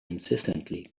insistently